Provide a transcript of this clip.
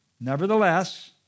Nevertheless